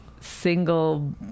single